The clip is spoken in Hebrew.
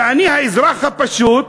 ואני, האזרח הפשוט,